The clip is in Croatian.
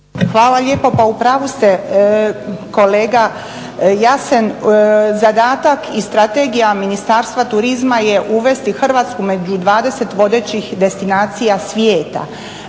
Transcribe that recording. Hvala lijepo. Pa upravu ste kolega Jasen. Zadatak i strategija Ministarstva turizma je uvesti Hrvatsku među 20 vodećih destinacija svijeta.